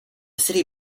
city